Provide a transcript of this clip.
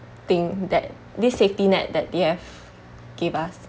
thing that this safety net that they have give us